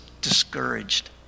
discouraged